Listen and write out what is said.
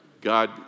God